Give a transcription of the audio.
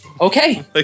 Okay